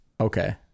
Okay